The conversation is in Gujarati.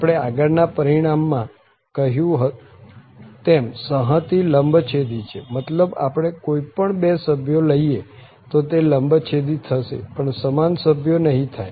આપણે આગળ ના પરિણામ માં કહ્યું તેમ સંહતિ લંબછેદી છે મતલબ આપણે કોઈ પણ બે સભ્યો લઈએ તો તે લંબછેદી થશે પણ સમાન સભ્યો નહિ થાય